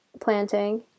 planting